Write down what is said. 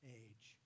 age